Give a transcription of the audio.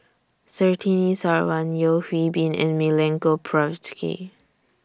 Surtini Sarwan Yeo Hwee Bin and Milenko Prvacki